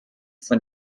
von